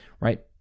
right